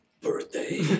birthday